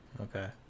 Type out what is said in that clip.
okay